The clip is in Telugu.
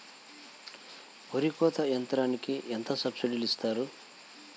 వరి కోత యంత్రంకి ఎంత సబ్సిడీ ఇస్తారు?